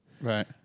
Right